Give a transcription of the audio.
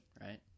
right